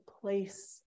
place